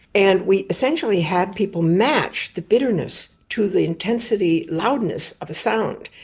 and we essentially had people match the bitterness to the intensity loudness of a sound.